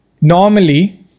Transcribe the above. Normally